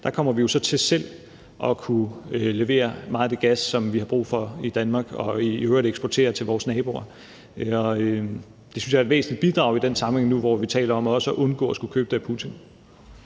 der kommer vi jo så til selv at kunne levere meget af den gas, som vi har brug for i Danmark og i øvrigt eksporterer til vores naboer. Og det synes jeg er et væsentligt bidrag i den sammenhæng, hvor vi taler om også at undgå at skulle købe den af Putin.